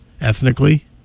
ethnically